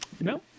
No